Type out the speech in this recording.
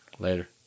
later